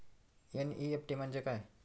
NEFT म्हणजे काय?